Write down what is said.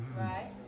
Right